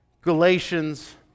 Galatians